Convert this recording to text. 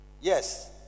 Yes